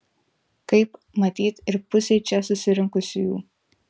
kaip matyt ir pusei čia susirinkusiųjų